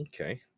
okay